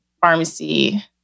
pharmacy